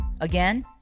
Again